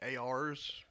ARs